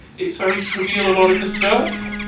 it's very trivial, a lot of the stuff.